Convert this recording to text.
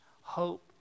Hope